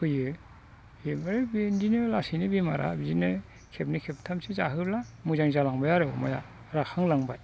फैयो बेफोर बिदिनो लासैनो बेमारा बिदिनो खेबनै खेबथामसो जाहोब्ला मोजां जालांबाय आरो अमाया राखां लांबाय